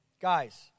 Guys